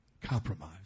compromise